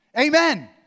Amen